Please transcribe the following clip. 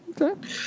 okay